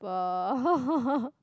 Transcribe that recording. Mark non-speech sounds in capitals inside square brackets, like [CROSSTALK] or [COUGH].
uh [LAUGHS]